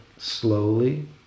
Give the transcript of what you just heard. slowly